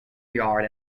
yard